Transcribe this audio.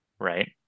right